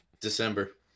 December